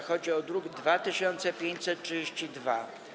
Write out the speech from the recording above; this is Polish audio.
Chodzi o druk nr 2532.